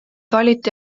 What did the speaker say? valiti